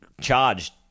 charged